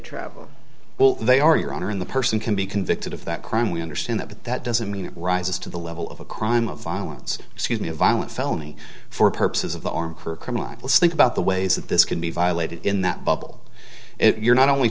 travel they are your honor in the person can be convicted of that crime we understand that but that doesn't mean it rises to the level of a crime of violence excuse me a violent felony for purposes of the armed criminals think about the ways that this can be violated in that bubble if you're not only